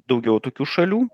daugiau tokių šalių